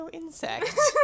insects